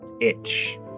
itch